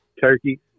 Turkey